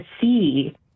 see